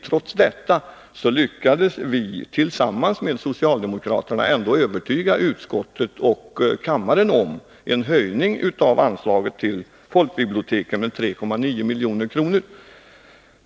Trots detta lyckades vi, tillsammans med socialdemokraterna, övertyga utskottet och kammaren om behovet av en höjning av anslaget till folkbiblioteken med 9,3 milj.kr.